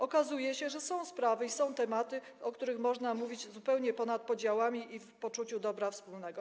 Okazuje się, że są sprawy i tematy, o których można mówić zupełnie ponad podziałami i w poczuciu dobra wspólnego.